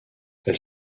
elle